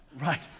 Right